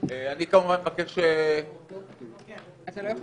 אני כמובן מבקש --- אתה לא יכול